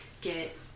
get